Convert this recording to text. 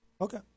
Okay